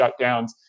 shutdowns